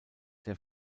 der